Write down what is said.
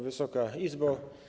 Wysoka Izbo!